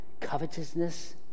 covetousness